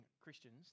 Christians